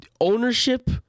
ownership